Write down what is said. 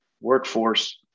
workforce